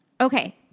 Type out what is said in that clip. Okay